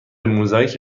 موزاییک